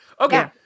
Okay